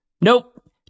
Nope